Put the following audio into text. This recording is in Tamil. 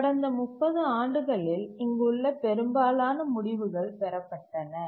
கடந்த 30 ஆண்டுகளில் இங்குள்ள பெரும்பாலான முடிவுகள் பெறப்பட்டன